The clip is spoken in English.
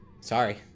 Sorry